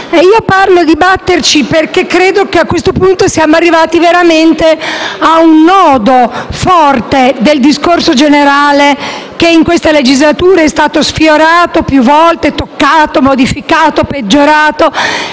Dico «batterci» perché credo che, a questo punto, siamo arrivati a un nodo cruciale del discorso generale che in questa legislatura è stato sfiorato più volte, toccato, modificato, peggiorato,